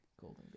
golden